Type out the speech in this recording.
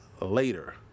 later